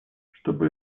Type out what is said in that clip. чтобы